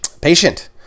patient